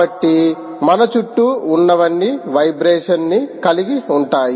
కాబట్టి మన చుట్టూ ఉన్నవన్నీ వైబ్రేషన్ ని కలిగి ఉంటాయి